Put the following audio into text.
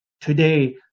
today